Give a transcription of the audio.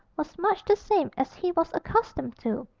was much the same as he was accustomed to,